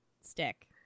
Stick